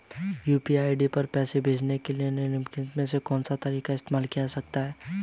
UPI पर पैसे भेजने के लिए निम्नलिखित में से कौन सा तरीका इस्तेमाल किया जा सकता है?